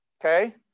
Okay